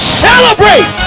celebrate